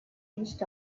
reached